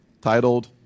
titled